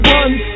one